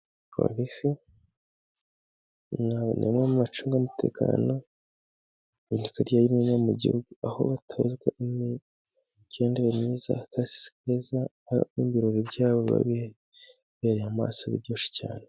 Porisi ni bamwe mu bacunga umutekano hirya no hino mu gihugu, aho batozwa imigendere myiza, aho n'ibirori byabo biba bibereye amaso ari byiza cyane.